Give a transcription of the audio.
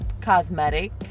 cosmetic